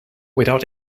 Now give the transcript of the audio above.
without